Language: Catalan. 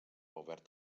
obert